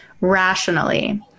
rationally